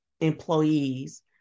employees